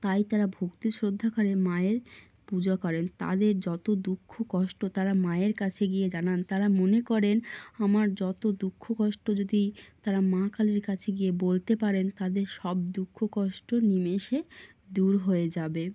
তাই তারা ভক্তি শ্রদ্ধা করে মায়ের পূজা করেন তাদের যত দুঃখ কষ্ট তারা মায়ের কাছে গিয়ে জানান তারা মনে করেন আমার যত দুঃখ কষ্ট যদি তারা মা কালীর কাছে গিয়ে বলতে পারেন তাদের সব দুঃখ কষ্ট নিমেষে দূর হয়ে যাবে